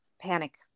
panic